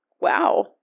Wow